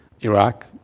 Iraq